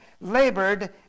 labored